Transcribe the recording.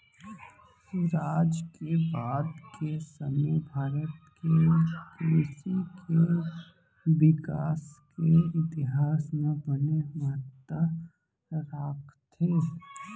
सुराज के बाद के समे भारत के कृसि के बिकास के इतिहास म बने महत्ता राखथे